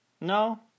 No